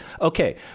Okay